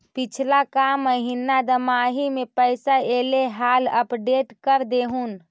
पिछला का महिना दमाहि में पैसा ऐले हाल अपडेट कर देहुन?